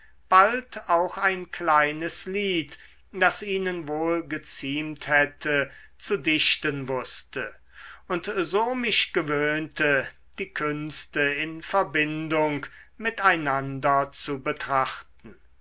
bald auch ein kleines lied das ihnen wohl geziemt hätte zu dichten wußte und so mich gewöhnte die künste in verbindung mit einander zu betrachten